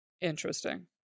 Interesting